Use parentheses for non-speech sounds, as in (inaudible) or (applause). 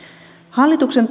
hallituksen (unintelligible)